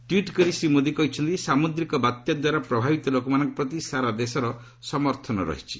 tweet କରି ଶ୍ରୀ ମୋଦି କହିଛନ୍ତି ସାମୁଦ୍ରିକ ବାତ୍ୟାଦ୍ୱାରା ପ୍ରଭାବିତ ଲୋକମାନଙ୍କ ପ୍ରତି ସାରାଦେଶର ସମର୍ଥନ ରହିଛି